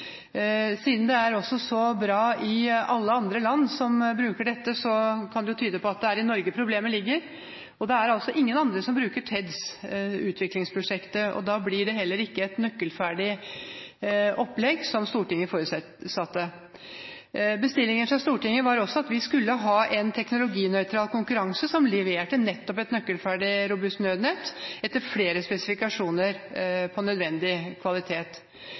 Siden det er så bra i alle andre land som bruker dette, kan det jo tyde på at det er i Norge problemet ligger. Det er altså ingen andre som bruker TEDS, utviklingsprosjektet, og da blir det heller ikke et nøkkelferdig opplegg, som Stortinget forutsatte. Bestillingen fra Stortinget var også at vi skulle ha en teknologinøytral konkurranse som leverte nettopp et nøkkelferdig robust nødnett, etter flere spesifikasjoner på nødvendig kvalitet,